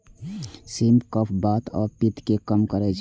सिम कफ, बात आ पित्त कें कम करै छै